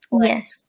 Yes